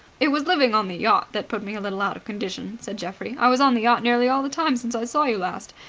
it was living on the yacht that put me a little out of condition, said geoffrey. i was on the yacht nearly all the time since i saw you last.